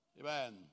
amen